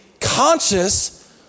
conscious